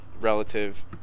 relative